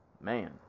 man